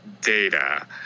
data